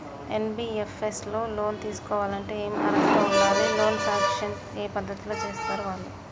NBFS లో loan తీస్కోవాలంటే ఏం అర్హత ఉండాలి? లోన్ సాంక్షన్ ఏ పద్ధతి లో చేస్తరు వాళ్లు?